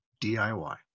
diy